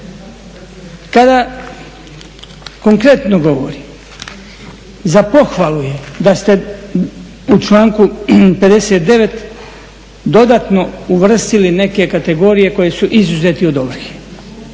Kada konkretno govorim za pohvalu je da ste u članku 59. dodatno uvrstili neke kategorije koje su izuzete od ovrhe,